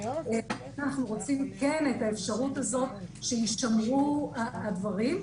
ואנחנו רוצים את האפשרות שהדברים יישמרו.